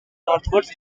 northwards